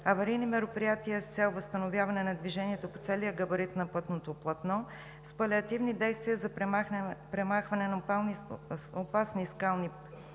аварийни мероприятия с цел възстановяване на движението по целия габарит на пътното платно с палеативни действия за премахване на опасни скални